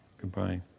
goodbye